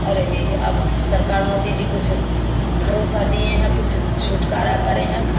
अरे अब सरकार मोदी जी कुछ भरोसा दिए हैं कुछ छुटकारा करें हैं